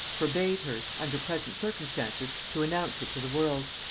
forbade her, under present circumstances, to announce it to the world.